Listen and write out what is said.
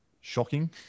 shocking